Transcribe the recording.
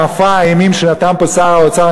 למופע האימים שנתן פה שר האוצר,